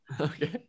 okay